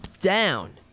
down